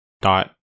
dot